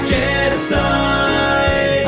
Genocide